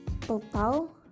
total